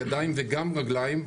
ידיים וגם רגליים.